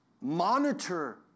monitor